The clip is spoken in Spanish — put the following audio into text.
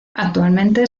actualmente